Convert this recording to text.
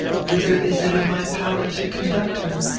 whither is it in my power to conduct her?